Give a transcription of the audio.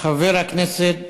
חבר הכנסת